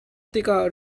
tikah